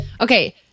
Okay